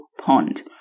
pond